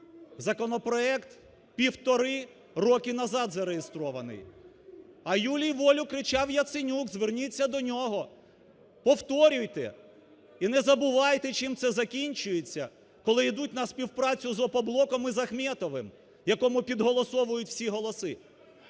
законопроект півтора роки назад зареєстрований. А "Юлі – волю" кричав Яценюк, зверніться до нього, повторюйте і не забувайте, чим це закінчується, коли йдуть на співпрацю з "Опоблоком" і з Ахметовим, якому підголосовують всі голоси.